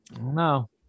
No